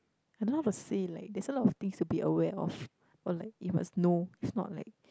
I don't know how to say like there's a lot of things to be aware of or like you must know if not like